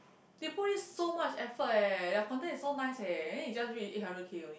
they put in so much effort eh their contain is so nice eh then it's just reach eight hundred K only